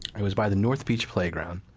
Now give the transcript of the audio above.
it was by the north beach playground,